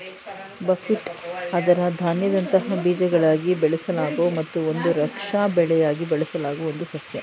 buckwheat ಅದರ ಧಾನ್ಯದಂತಹ ಬೀಜಗಳಿಗಾಗಿ ಬೆಳೆಸಲಾಗೊ ಮತ್ತು ಒಂದು ರಕ್ಷಾ ಬೆಳೆಯಾಗಿ ಬಳಸಲಾಗುವ ಒಂದು ಸಸ್ಯ